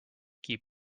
keep